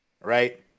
right